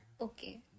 Okay